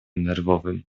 nerwowym